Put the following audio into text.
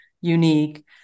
unique